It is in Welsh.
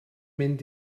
mynd